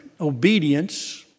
obedience